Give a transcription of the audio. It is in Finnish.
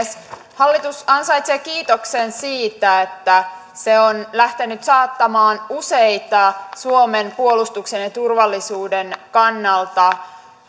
hallitus ansaitsee kiitoksen siitä että se on lähtenyt saattamaan useita suomen puolustuksen ja turvallisuuden kannalta